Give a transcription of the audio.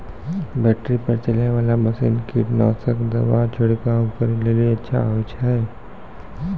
Battery पर चलै वाला मसीन कीटनासक दवा छिड़काव करै लेली अच्छा होय छै?